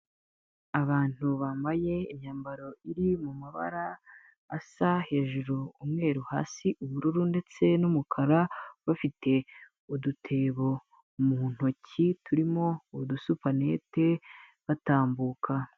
Abantu bambaye imyambaro iri mu mabara asa hejuru umweru hasi ubururu ndetse n'umukara bafite udutebo mu ntoki turimo udusupanete batambuka.